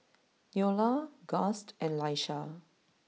Neola Gust and Laisha